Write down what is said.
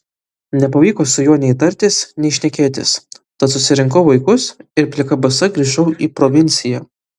nepavyko su juo nei tartis nei šnekėtis tad susirinkau vaikus ir plika basa grįžau į provinciją